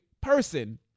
person